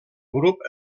grup